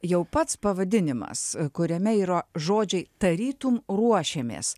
jau pats pavadinimas kuriame yra žodžiai tarytum ruošiamės